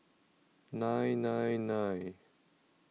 nine nine nine